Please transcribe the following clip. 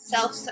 self